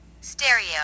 stereo